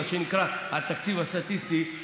התקציב הסטטיסטי,